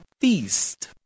feast